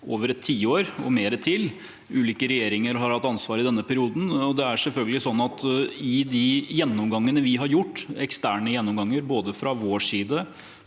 over et tiår og mer til. Ulike regjeringer har hatt ansvaret i denne perioden. Det er selvfølgelig sånn at i de gjennomgangene vi har gjort – eksterne gjennomganger fra vår side,